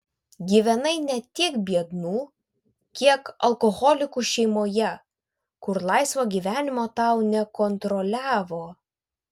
gyvenai ne tiek biednų kiek alkoholikų šeimoje kur laisvo gyvenimo tau nekontroliavo